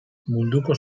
munduko